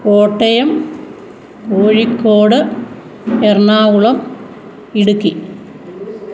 Kottayam Kozhikode Ernakulam Idukki